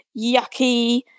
yucky